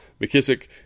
McKissick